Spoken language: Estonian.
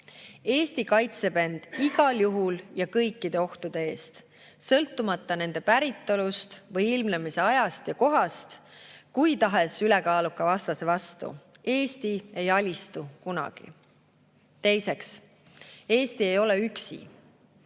Eesti kaitseb end igal juhul ja kõikide ohtude eest, sõltumata nende päritolust või ilmnemise ajast ja kohast kui tahes ülekaaluka vastase vastu. Eesti ei alistu kunagi. Teiseks, Eesti ei ole üksi.